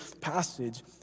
passage